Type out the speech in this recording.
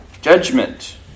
judgment